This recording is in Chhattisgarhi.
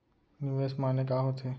निवेश माने का होथे?